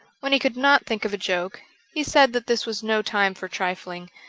when he could not think of a joke he said that this was no time for trifling,